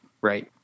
Right